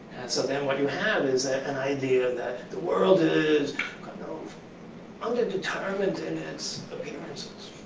and so then what you have is an idea that the world is kind of underdetermined in its appearances.